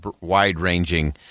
wide-ranging